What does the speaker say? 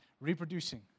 reproducing